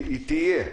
חיוני שתהיה.